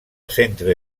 centre